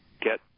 get